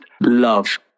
love